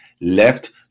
left